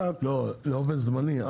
לא, באופן זמני.